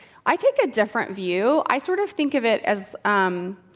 i take a different view. i sort of think of it as um